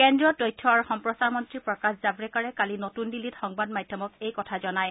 কেন্দ্ৰীয় তথ্য আৰু সম্প্ৰচাৰ মন্ত্ৰী প্ৰকাশ জাভ্ৰেকাৰে কালি নতুন দিল্লীত সংবাদ মাধ্যমক এই কথা জনায়